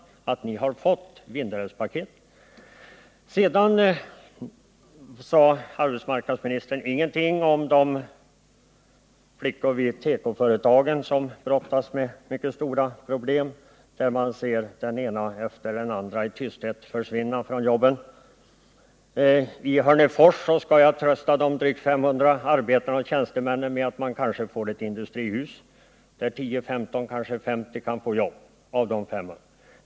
Arbetsmarknadsministern sade ingenting om de flickor vid tekoföretagen som brottas med mycket stora problem. Man ser den ena efter den andra i tysthet försvinna från jobben. I Hörnefors skulle jag trösta de drygt 500 arbetarna och tjänstemännen med att de kanske får ett industrihus, där 10-15 eller möjligen 50 av de 500 kan få jobb.